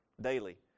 daily